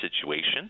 situation